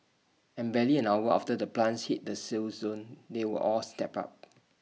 and barely an hour after the plants hit the sale zone they were all snapped up